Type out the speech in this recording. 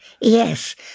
yes